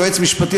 יועץ משפטי,